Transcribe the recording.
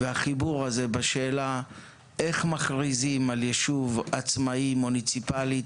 החיבור בשאלה איך מכריזים על יישוב עצמאי מוניציפלית,